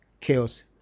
chaos